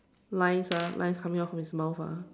lines ah lines coming out from his mouth ah